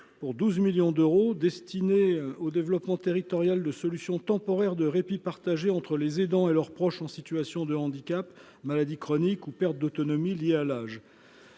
pour 12 millions d'euros destinés au développement territorial de solutions temporaires de répit, partagé entre les aidants et leurs proches en situation de handicap, maladie chronique ou perte d'autonomie liée à l'âge.